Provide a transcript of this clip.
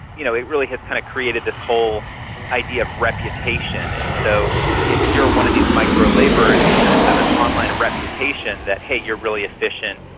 you know it really has kind of created this whole idea of reputation. and so if you're one of these micro-labourers you kind of have an online reputation that, hey, you're really efficient,